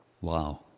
Wow